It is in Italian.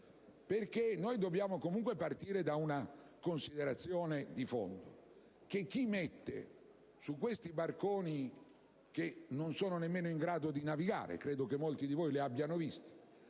Noi dobbiamo comunque partire da una considerazione di fondo: chi mette su barconi che non sono nemmeno in grado di navigare (credo che molti di voi li abbiano visti)